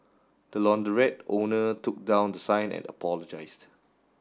the launderette owner took down the sign and apologised